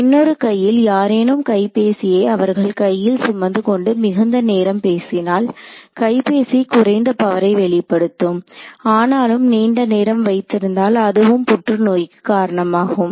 இன்னொரு கையில் யாரேனும் கைபேசியை அவர்கள் கையில் சுமந்துகொண்டு மிகுந்த நேரம் பேசினால் கைப்பேசி குறைந்த பவரை வெளிப்படுத்தும் ஆனாலும் நீண்ட நேரம் வைத்திருந்தால் அதுவும் புற்றுநோய்க்கு காரணமாகும்